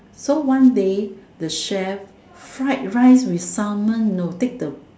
so one day the chef fried rice with Salmon you know take the